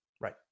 Right